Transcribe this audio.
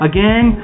Again